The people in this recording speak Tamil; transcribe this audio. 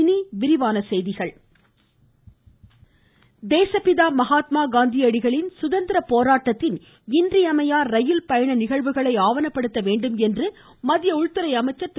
இனி விரிவான செய்திகள் அமீத்ஷா தேசப்பிதா மகாத்மா காந்தியடிகளின் சுதந்திர போராட்டத்தின் இன்றியமையா ரயில் பயண நிகழ்வுகளை ஆவணப்படுத்த வேண்டும் என்று மத்திய உள்துறை அமைச்சர் திரு